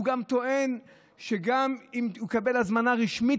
הוא גם טוען שגם אם הוא יקבל הזמנה רשמית,